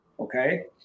Okay